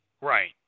Right